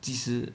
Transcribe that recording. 几时